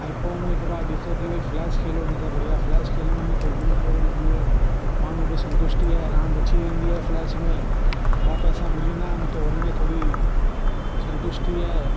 ऐं पोइ मूं हिक बार ॾिसो की भई फ्लैश खेलो हिनसां बढ़िया फ्लैश खेलण में पई हीअं आहे भई जीअं माण्हू खे संतुष्टि आहे रांदि अची वेंदी आहे फ्लैश में ॿ पैसा मिलंदा त उनमें थोरी संतुष्टि आहे